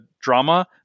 drama